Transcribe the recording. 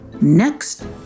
Next